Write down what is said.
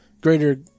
greater